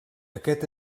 aquest